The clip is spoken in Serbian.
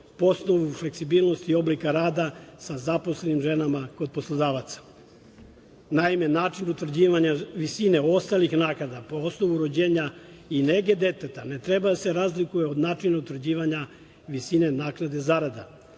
osnovu fleksibilnosti oblika rada sa zaposlenim ženama kod poslodavaca. Naime, način utvrđivanja visine ostalih naknada po osnovu rođenja i nege deteta ne treba da se razlikuje od načina utvrđivanja visine naknade zarada